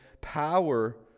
power